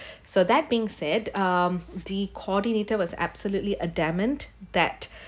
so that being said um the coordinator was absolutely adamant that